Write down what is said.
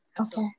Okay